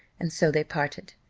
and so they parted.